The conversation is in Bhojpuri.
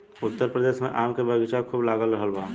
उत्तर प्रदेश में आम के बगीचा खूब लाग रहल बा